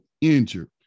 Injured